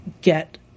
get